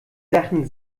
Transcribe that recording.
sachen